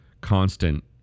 constant